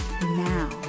now